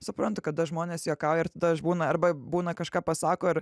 suprantu kada žmonės juokauja ir tada aš būna arba būna kažką pasako ir